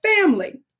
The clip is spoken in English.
Family